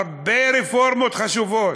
הרבה רפורמות חשובות,